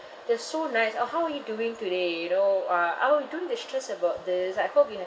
they're so nice orh how are you doing today you know uh orh don't be stressed about this I hope you have